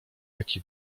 jaki